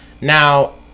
Now